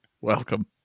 Welcome